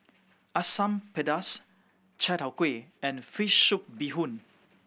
Asam Pedas Chai Tow Kuay and fish soup bee hoon